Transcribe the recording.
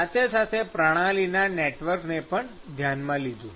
સાથે સાથે પ્રણાલીના નેટવર્કને પણ ધ્યાનમાં લીધું